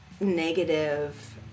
negative